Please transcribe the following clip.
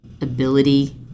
ability